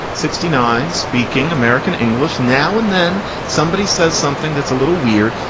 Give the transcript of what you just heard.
sixty nine, speaking american english now and then somebody says something that's a little weird.